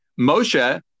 Moshe